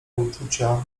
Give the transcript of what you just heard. uczucia